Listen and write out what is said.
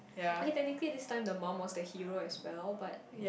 okay technically this time the mum was the hero as well but